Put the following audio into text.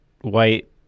white